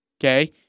Okay